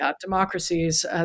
democracies